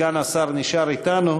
סגן השר נשאר אתנו